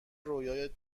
رویای